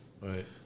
Right